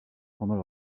pendant